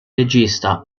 regista